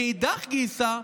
מאידך גיסא,